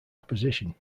opposition